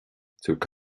tabhair